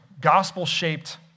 gospel-shaped